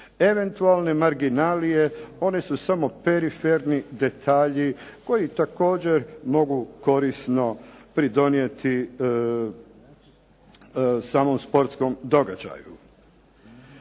eventualne marginalije, oni su samo periferni detalji koji također mogu korisno pridonijeti samom sportskom događaju.